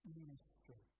ministry